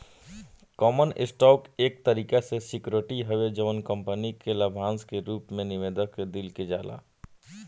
common stock एक तरीका के सिक्योरिटी हवे जवन कंपनी के लाभांश के रूप में निवेशक के दिहल जाला